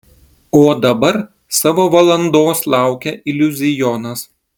o dabar savo valandos laukia iliuzionas